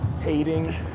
hating